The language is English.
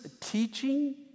teaching